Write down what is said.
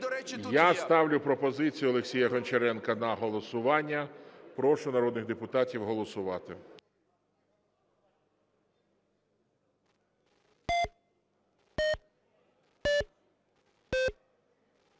Я ставлю пропозицію Олексія Гончаренка на голосування. Прошу народних депутатів голосувати.